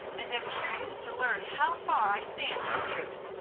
and am curious to learn how far i stand from truth?